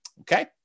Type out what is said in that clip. Okay